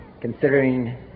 considering